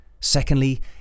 Secondly